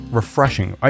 refreshing